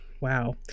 Wow